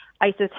ISIS